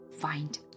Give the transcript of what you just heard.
find